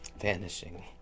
vanishing